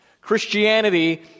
Christianity